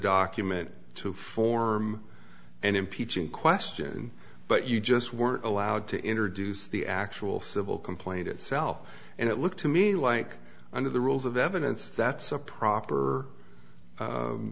document to form and impeach in question but you just weren't allowed to introduce the actual civil complaint itself and it looked to me like under the rules of evidence that's a proper